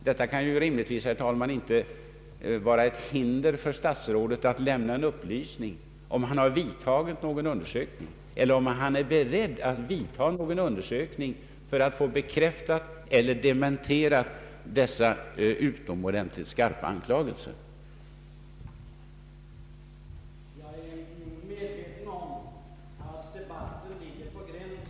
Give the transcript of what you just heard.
Det kan rimligtvis, herr talman, inte finnas något hinder för statsrådet att lämna en upplysning huruvida han har företagit någon undersökning eller är beredd att låta göra en sådan för att få dessa utomordentligt skarpa anklagelser bekräftade eller dementerade.